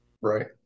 Right